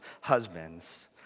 husbands